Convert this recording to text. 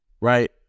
right